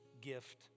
gift